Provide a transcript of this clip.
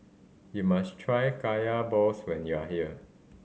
you must try Kaya balls when you are here